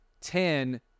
ten